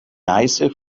neiße